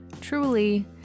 truly